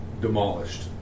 demolished